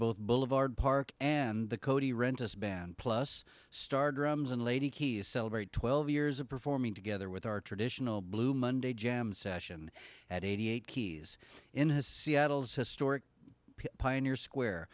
both boulevard park and the cody rentis band plus star drums and lady keys celebrate twelve years of performing together with our traditional blue monday jam session at eighty eight keys in his seattle's historic pioneer square